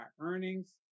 earnings